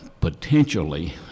potentially